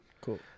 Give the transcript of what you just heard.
Cool